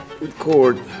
record